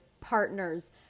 partner's